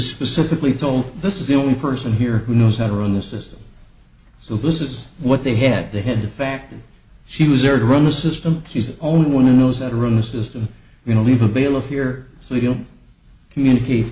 specifically told this is the only person here who knows how to run the system so this is what they had to head the fact that she was there to run the system she's the only one who knows that run the system you know leave a bailiff here so they don't communicate